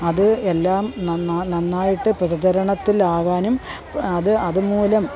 അത് എല്ലാം നന്നായിട്ട് പ്രചരണത്തിലാവാനും അത് അതുമൂലം